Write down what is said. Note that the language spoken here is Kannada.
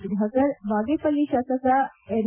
ಸುಧಾಕರ್ ಬಾಗೇಪಲ್ಲಿ ಶಾಸಕ ಎಸ್